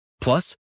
Plus